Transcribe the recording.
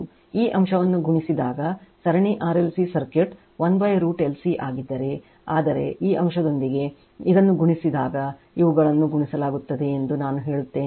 ಈ ಅಂಶವನ್ನು ಗುಣಿಸಿದಾಗ ಸರಣಿ ಆರ್ಎಲ್ಸಿ ಸರ್ಕ್ಯೂಟ್ 1 √LC ಆಗಿದ್ದರೆ ಆದರೆ ಈ ಅಂಶದೊಂದಿಗೆ ಇದನ್ನು ಗುಣಿಸಿದಾಗ ಇವುಗಳನ್ನು ಗುಣಿಸಲಾಗುತ್ತದೆ ಎಂದು ನಾನು ಹೇಳುತ್ತೇನೆ